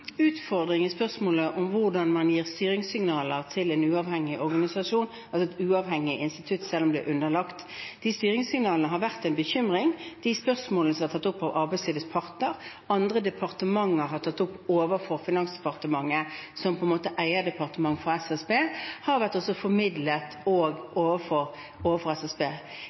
utfordring i spørsmålet om hvordan man gir styringssignaler til en uavhengig organisasjon, et uavhengig institutt, selv om det er underlagt et departement. De styringssignalene har vært til bekymring. De spørsmålene som er tatt opp av arbeidslivets parter, og som andre departementer har tatt opp overfor Finansdepartementet som eierdepartement for SSB, har også vært formidlet overfor SSB.